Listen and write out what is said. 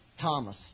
Thomas